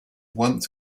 once